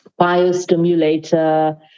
biostimulator